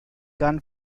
gun